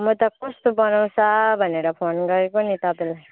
म त कस्तो बनाउँछ भनेर फोन गरेको नि तपाईँलाई